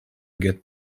get